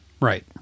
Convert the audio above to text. right